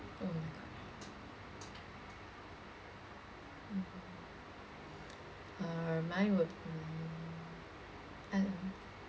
oh my gosh mm uh mine would be I don't know